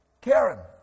Karen